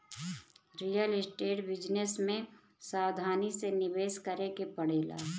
real estate business में सावधानी से निवेश करे के पड़ेला